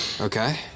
Okay